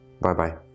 Bye-bye